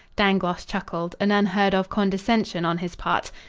dangloss chuckled, an unheard-of condescension on his part.